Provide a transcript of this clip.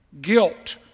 Guilt